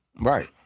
Right